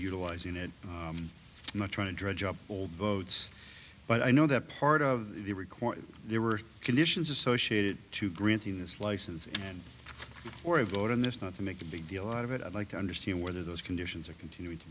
utilizing it not trying to dredge up old votes but i know that part of the record there were conditions associated to granting this license and for a vote on this not to make a big deal out of it i'd like to understand whether those conditions are continuing to